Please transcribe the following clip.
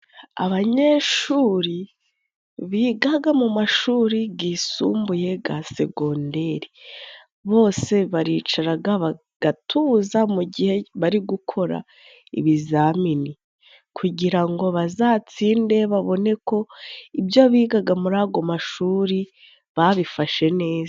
Abanyeshuri bigaga mu mashuri gisumbuye ga segondere. Bose baricaraga bagatuza mu gihe bari gukora ibizamini kugira ngo bazatsinde babone ko ibyo bigaga, muri ago mashuri babifashe neza.